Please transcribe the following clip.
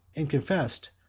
and confessed,